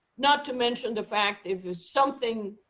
not to mention the fact if something